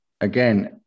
again